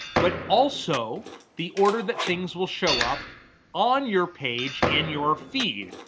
but also the order that things will show up on your page in your feed,